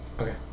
Okay